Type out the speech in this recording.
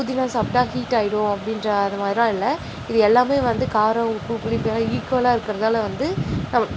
புதினா சாப்பிட்டா ஹீட் ஆகிடும் அப்படின்ற அது மாதிரிலாம் இல்லை இது எல்லாமே வந்து காரம் உப்பு புளிப்பெலாம் ஈக்குவலாக இருக்கிறதால வந்து